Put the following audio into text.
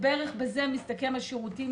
ובערך בזה מסתכמים השירותים